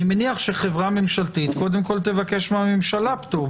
אני מניח שחברה ממשלתית קודם כל תבקש מהממשלה פטור.